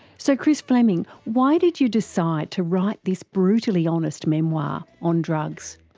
so, chris fleming, why did you decide to write this brutally honest memoir on drugs?